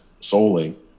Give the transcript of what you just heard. solely